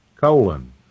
colon